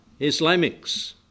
Islamics